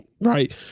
right